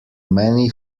many